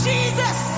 Jesus